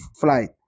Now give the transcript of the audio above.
flight